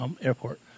Airport